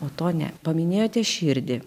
o to ne paminėjote širdį